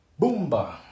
Boomba